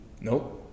Nope